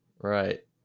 right